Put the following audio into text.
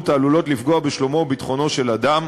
העלולות לפגוע בשלומו או בביטחונו של אדם,